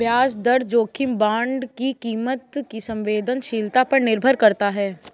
ब्याज दर जोखिम बांड की कीमत की संवेदनशीलता पर निर्भर करता है